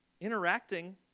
interacting